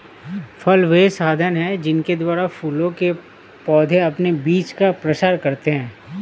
फल वे साधन हैं जिनके द्वारा फूलों के पौधे अपने बीजों का प्रसार करते हैं